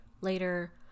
Later